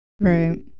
Right